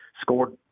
Scored